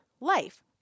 life